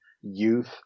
youth